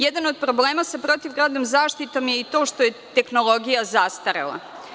Jedan od problema sa protivgradnom zaštitom je i to što je tehnologija zastarela.